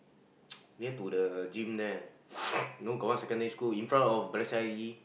near to the gym there you know got one secondary school in front of Balestier I_T_E